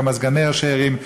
כמה סגני ראשי ערים,